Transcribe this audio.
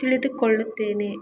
ತಿಳಿದುಕೊಳ್ಳುತ್ತೇನೆ